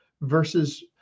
versus